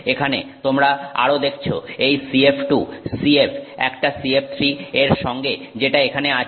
এখানে তোমরা আরো দেখছো এই CF2 CF একটা CF3 এর সঙ্গে যেটা এখানে আছে